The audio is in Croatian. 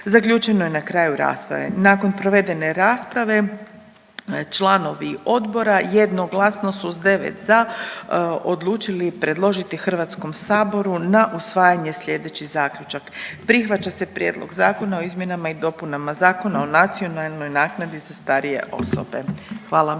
Zaključeno je na kraju rasprave. Nakon provedene rasprave članovi odbora jednoglasno su s 9 za, odlučili predložiti Hrvatskom saboru na usvajanje slijedeći zaključak. Prihvaća se prijedlog zakona o Izmjenama i dopunama Zakona o nacionalnoj naknadi za starije osobe. Hvala.